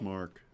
Mark